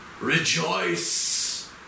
Rejoice